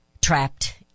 trapped